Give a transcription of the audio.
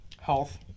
Health